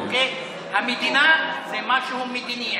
המדינה זה משהו מדיני,